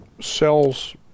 sells